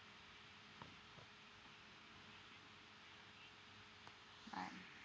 bye